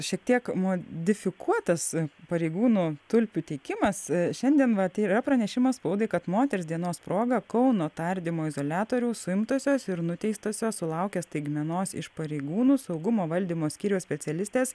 šiek tiek modifikuotas pareigūnų tulpių teikimas šiandien vat yra pranešimas spaudai kad moters dienos proga kauno tardymo izoliatoriaus suimtosios ir nuteistosios sulaukė staigmenos iš pareigūnų saugumo valdymo skyriaus specialistės